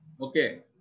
okay